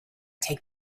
take